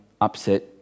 upset